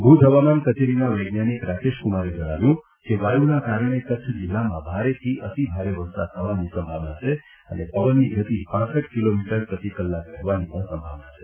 ભૂજ હવામાન કચેરીના વૈજ્ઞાનિક રાકેશ કુમારે જણાવ્યું છે કે વાયુના કારણે કચ્છ જિલ્લામાં ભારેથી અતિભારે વરસાદ થવાની સંભાવના છે અને પવનની ગતિ હૃપ કિલોમીટર પ્રતિ કલાક રહેવાની સંભાવના છે